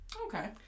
Okay